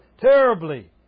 terribly